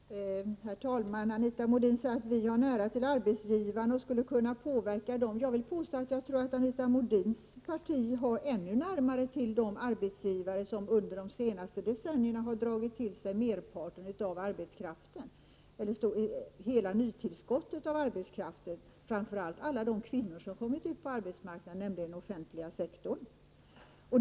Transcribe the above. Herr talman! Anita Modin säger att vi har nära till arbetsgivarna och skulle 7 juni 1989 kunna påverka dem. Jag tror att Anita Modins parti har ännu närmare till de arbetsgivare som under de senaste decennierna har dragit till sig merparten av arbetskraften, ja, hela nytillskottet och framför allt alla de kvinnor som kommit ut på arbetsmarknaden, nämligen den offentliga sektorn.